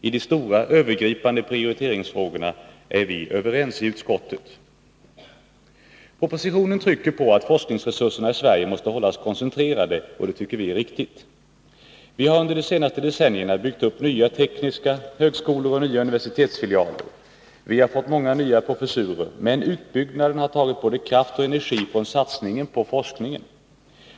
I de stora, övergripande prioriteringsfrågorna är vi överens i utskottet. Propositionen trycker på att forskningsresurserna i Sverige måste hållas koncentrerade, och det tycker vi är riktigt. Vi har under de senaste decennierna byggt upp nya tekniska högskolor och nya universitetsfilialer. Vi har fått många nya professurer. Men den utbyggnaden har tagit både kraft och energi från satsningen på forskningen.